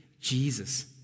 Jesus